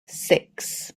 six